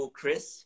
Chris